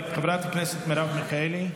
חברת הכנסת מרב מיכאלי,